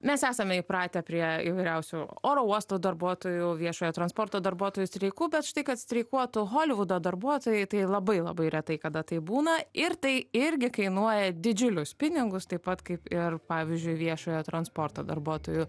mes esame įpratę prie įvairiausių oro uostų darbuotojų viešojo transporto darbuotojų streikų bet štai kad streikuotų holivudo darbuotojai tai labai labai retai kada taip būna ir tai irgi kainuoja didžiulius pinigus taip pat kaip ir pavyzdžiui viešojo transporto darbuotojų